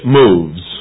moves